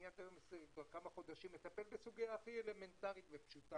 אני עד היום כבר כמה חודשים מטפל בסוגיה הכי אלמנטרית ופשוטה,